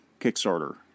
Kickstarter